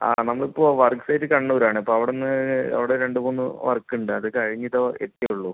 ആ നമ്മുക്കിപ്പോൾ work site കണ്ണൂരാണ് അപ്പോൾ അവിടുന്ന് അവിടെ രണ്ടു മൂന്നു വർക്കുണ്ട് അതു കഴിഞ്ഞ് ഇപ്പോൾ എത്തിയതേ ഉള്ളൂ